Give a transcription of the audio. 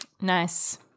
Nice